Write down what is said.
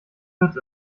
wird